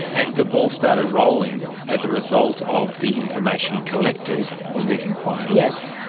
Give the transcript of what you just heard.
and the ball started rolling as a result of the information collected in these inquiries. yes,